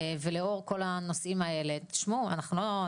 ולאור כל הנושאים האלה - שמעו,